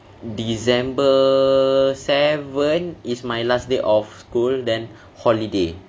december seven is my last day of school then holiday